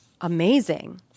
Amazing